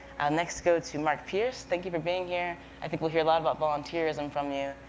next, go to mark pierce, thank you for being here. i think we'll hear a lot about volunteerism from you,